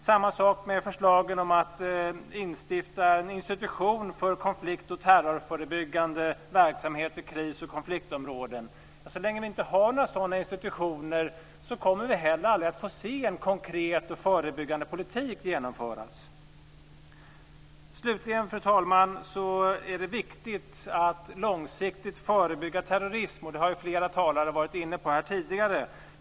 Samma sak gäller förslagen om att instifta en institution för konflikt och terrorförebyggande verksamhet i kris och konfliktområden. Så länge vi inte har några sådana institutioner kommer vi heller aldrig att få se en konkret och förebyggande politik genomföras. Slutligen, fru talman, är det viktigt att långsiktigt förebygga terrorism. Det har flera talare varit inne på här tidigare.